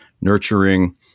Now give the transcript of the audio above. nurturing